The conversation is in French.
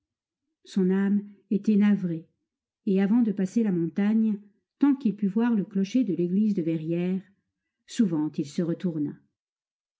son âme était navrée et avant de passer la montagne tant qu'il put voir le clocher de l'église de verrières souvent il se retourna